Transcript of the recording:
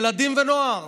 ילדים ונוער,